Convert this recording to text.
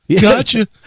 gotcha